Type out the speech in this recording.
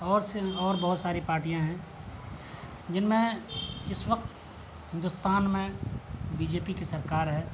اور سے اور بہت ساری پارٹیاں ہیں جن میں اس وقت ہندوستان میں بی جے پی کی سرکار ہے